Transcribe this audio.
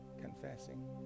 confessing